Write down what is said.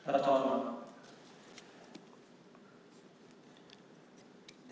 Herr talman!